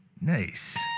Nice